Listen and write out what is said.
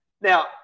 Now